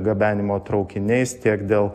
gabenimo traukiniais tiek dėl